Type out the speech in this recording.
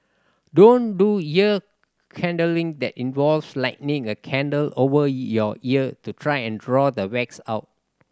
don't do ear candling that involves lighting a candle over your ear to try and draw the wax out